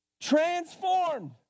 transformed